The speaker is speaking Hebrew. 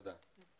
תודה.